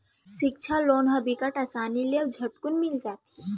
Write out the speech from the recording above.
सिक्छा लोन ह बिकट असानी ले अउ झटकुन मिल जाथे